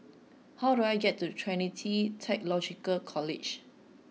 how do I get to Trinity Theological College